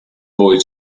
boy